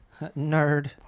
nerd